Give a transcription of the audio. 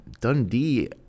Dundee